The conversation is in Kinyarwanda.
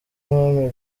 umwami